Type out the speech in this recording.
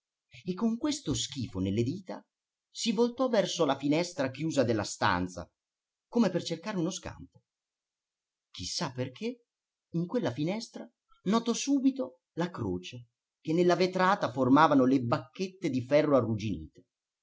e con questo schifo nelle dita si voltò verso la finestra chiusa della stanza come per cercare uno scampo chi sa perché in quella finestra notò subito la croce che nella vetrata formavano le bacchette di ferro arrugginite